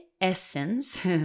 essence